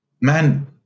man